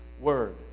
Word